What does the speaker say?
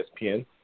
ESPN